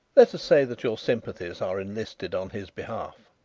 let us say that your sympathies are enlisted on his behalf.